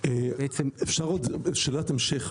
אפשר שאלת המשך?